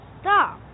stop